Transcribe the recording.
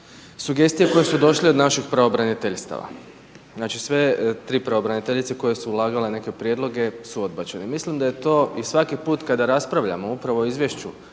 sugestije koje su došle od naših pravobraniteljstava. Znači sve tri pravobraniteljice koje su ulagale neke prijedloge su odbačeni. Mislim da je to i svaki put kada raspravljamo upravo o izvješću